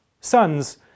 sons